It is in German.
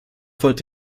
wollte